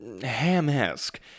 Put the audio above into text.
ham-esque